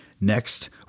Next